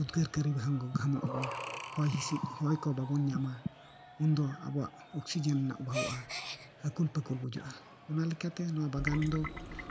ᱩᱫᱽᱜᱟᱹᱨ ᱠᱟᱹᱨᱤ ᱜᱷᱟᱢᱚᱜ ᱟᱵᱚᱱ ᱦᱚᱭ ᱦᱤᱸᱥᱤᱫ ᱦᱚᱭ ᱠᱚ ᱵᱟᱵᱚᱱ ᱧᱟᱢᱟ ᱩᱱᱫᱚ ᱟᱵᱚᱣᱟᱜ ᱚᱥᱤᱡᱮᱱ ᱨᱮᱱᱟᱜ ᱚᱵᱷᱟᱵᱚᱜᱼᱟ ᱟᱠᱩᱞ ᱯᱟᱠᱩᱞ ᱵᱩᱡᱷᱟᱹᱜᱼᱟ ᱚᱱᱟ ᱞᱮᱠᱟᱛᱮ ᱱᱚᱣᱟ ᱵᱟᱜᱟᱱ ᱫᱚ